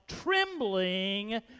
trembling